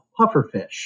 pufferfish